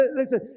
Listen